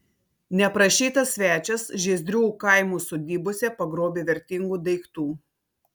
neprašytas svečias žiezdrių kaimų sodybose pagrobė vertingų daiktų